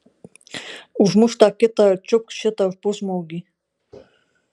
užmušk tą kitą ir čiupk šitą pusžmogį